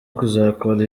kuzakora